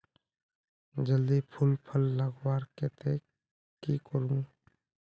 जल्दी फूल फल लगवार केते की करूम?